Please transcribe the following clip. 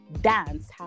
dance